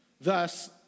Thus